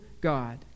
God